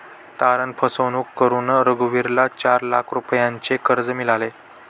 तारण फसवणूक करून रघुवीरला चार लाख रुपयांचे कर्ज मिळाले